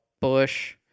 bush